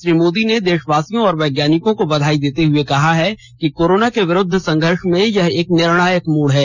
श्री मोदी ने देशवासियों और वैज्ञानिकों को बधाई देते हुए कहा कि कोरोना के विरूद्व संघर्ष में यह एक निर्णायक मोड़ है